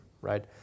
right